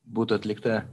būtų atlikta